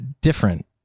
Different